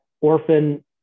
orphan